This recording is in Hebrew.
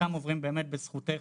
חלקם עוברים באמת בזכותך,